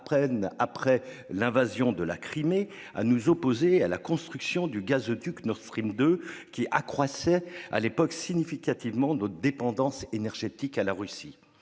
après l'invasion de la Crimée, à nous opposer à la construction du gazoduc Nord Stream 2, qui accroissait significativement notre dépendance énergétique à la Russie.